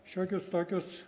šiokius tokius